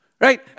Right